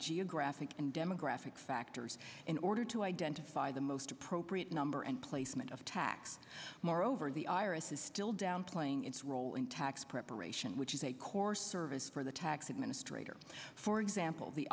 geographic and demographic factors in order to identify the most appropriate number and placement of tax moreover the iris is still downplaying its role in tax preparation which is a core service for the tax administrator for example the